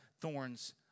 Thorns